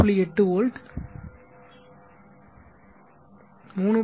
8 volt 3